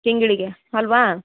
ತಿಂಗಳಿಗೆ ಅಲ್ಲವಾ